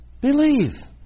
believe